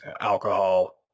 alcohol